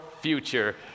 future